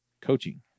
coaching